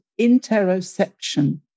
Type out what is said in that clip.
interoception